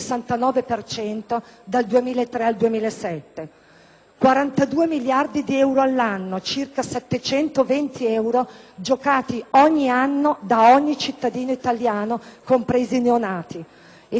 42 miliardi di euro all'anno, circa 720 euro giocati ogni anno da ogni cittadino italiano, compresi i neonati. E se a questo aggiungiamo i dati dell'indagine della Guardia di finanza,